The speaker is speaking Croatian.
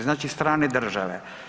Znači strane države.